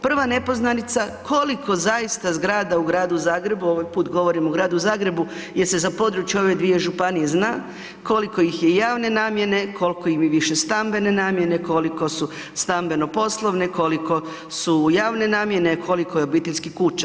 Prva nepoznanica, koliko zaista zgrada u gradu Zagrebu, ovaj put govorim o gradu Zagrebu jer se za područje ove dvije županije zna koliko ih je javne namjene, koliko ih je višestambene namjene, koliko su stambeno poslove, koliko su javne namjene, a koliko je obiteljskih kuća.